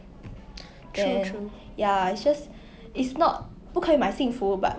like you know 如果你喜欢一个东西 then 你买 like you feel happy [what] that one you cannot deny